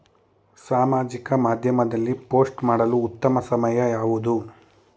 ಸಾಮಾಜಿಕ ಮಾಧ್ಯಮದಲ್ಲಿ ಪೋಸ್ಟ್ ಮಾಡಲು ಉತ್ತಮ ಸಮಯ ಯಾವುದು?